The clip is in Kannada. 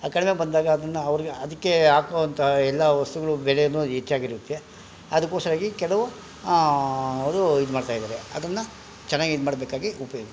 ಕಡಿಮೆ ಬಂದಾಗ ಅದನ್ನು ಅವರು ಅದಕ್ಕೆ ಹಾಕೊವಂತ ಎಲ್ಲ ವಸ್ತುಗಳ ಬೆಲೇನೂ ಹೆಚ್ಚಾಗಿರುತ್ತೆ ಅದಕ್ಕೋಸ್ಕರವಾಗಿ ಕೆಲವು ಅದು ಇದು ಮಾಡ್ತಾ ಇದ್ದಾರೆ ಅದನ್ನು ಚೆನ್ನಾಗಿ ಇದು ಮಾಡಬೇಕಾಗಿ ಉಪ್ಯೋಗ